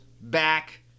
back